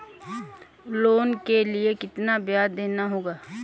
Loan के लिए कितना ब्याज देना होगा?